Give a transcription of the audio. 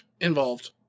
involved